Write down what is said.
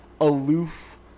aloof